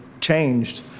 changed